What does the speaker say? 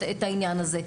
את העניין הזה,